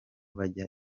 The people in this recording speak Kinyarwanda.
bajya